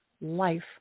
life